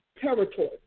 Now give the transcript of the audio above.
territory